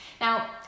Now